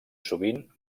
sovint